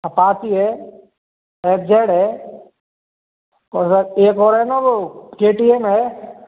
Apache है F Z है और एक और है ना वह के टी एम है